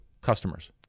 customers